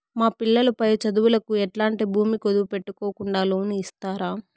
మా పిల్లలు పై చదువులకు ఎట్లాంటి భూమి కుదువు పెట్టుకోకుండా లోను ఇస్తారా